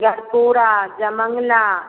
yes पूरा जमंगला